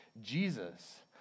Jesus